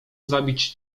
zabić